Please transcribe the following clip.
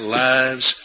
lives